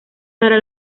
para